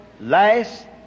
last